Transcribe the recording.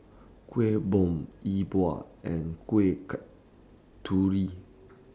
Kueh Bom E Bua and Kuih Kasturi